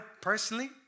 personally